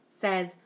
says